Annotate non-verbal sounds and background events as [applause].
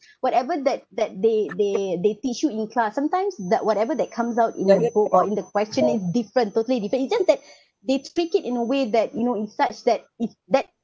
[breath] whatever that that they they they teach you in class sometimes that whatever that comes out in the book or in the question is different totally different it's just that [breath] they speak it in a way that you know it's such that is that